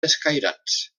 escairats